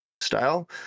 style